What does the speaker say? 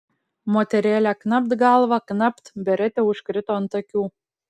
moterėlė knapt galva knapt beretė užkrito ant akių